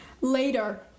Later